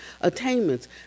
attainments